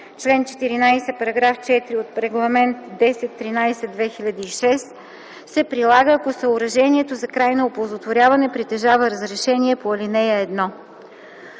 чл. 14, § 4 от Регламент 1013/2006 се прилага, ако съоръжението за крайно оползотворяване притежава разрешение по ал. 1.”